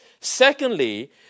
Secondly